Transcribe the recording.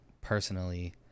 personally